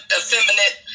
effeminate